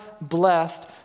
blessed